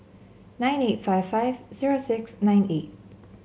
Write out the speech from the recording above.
nine eight five five zero six nine eight